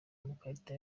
amakarita